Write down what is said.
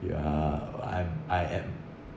yeah I'm I am